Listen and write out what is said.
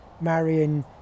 marrying